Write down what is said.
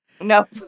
Nope